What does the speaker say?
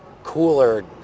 cooler